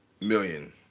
million